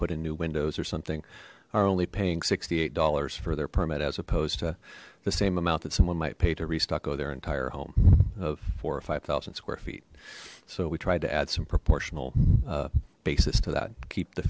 put in new windows or something are only paying sixty eight dollars for their permit as opposed to the same amount that someone might pay to restock oh their entire home of four or five thousand square feet so we tried to add some proportional basis two that keep the